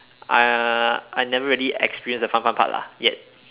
uh I never really experience the fun fun part lah yet